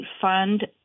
fund